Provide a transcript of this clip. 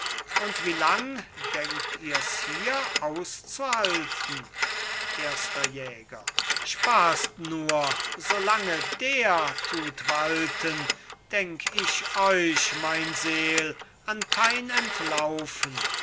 und wie lang denkt ihrs hier auszuhalten erster jäger spaßt nur solange der tut walten denk ich euch mein seel an kein entlaufen